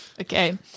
Okay